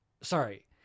Sorry